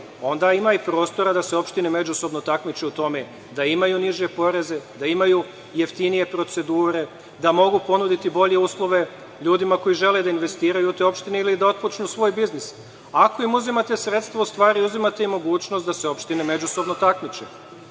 onda ima i prostora da se opštine međusobno takmiče u tome da imaju niže poreze, da imaju jeftinije procedure, da mogu ponuditi bolje uslove ljudima koji žele da investiraju u te opštine ili da otpočnu svoj biznis. Ako im uzimate sredstvo, u stvari, uzimate im mogućnost da se opštine međusobno takmiče